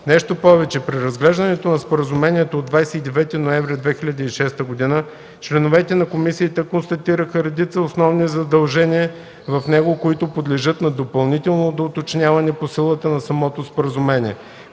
Нещо повече, при разглеждането на Споразумението от 29 ноември 2006 г. членовете на комисията констатираха редица основни задължения в него, които подлежат на допълнително доуточняване по силата на самото споразумение.